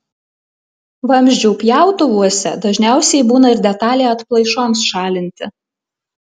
vamzdžių pjautuvuose dažniausiai būna ir detalė atplaišoms šalinti